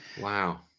Wow